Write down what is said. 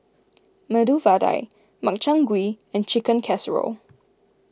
Medu Vada Makchang Gui and Chicken Casserole